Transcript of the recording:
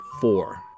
four